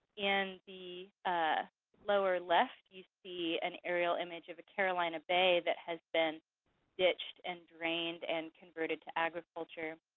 in the ah lower left you see an aerial image of a carolina bay that has been ditched and drained and converted to agriculture.